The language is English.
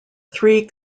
three